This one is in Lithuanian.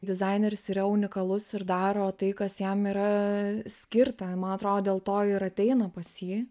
dizaineris yra unikalus ir daro tai kas jam yra skirta man atrodo dėl to ir ateina pas jį